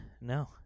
No